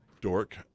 dork